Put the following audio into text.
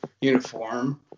uniform